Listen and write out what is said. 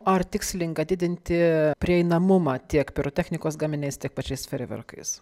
ar tikslinga didinti prieinamumą tiek pirotechnikos gaminiais tiek pačiais fejerverkais